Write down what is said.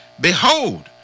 behold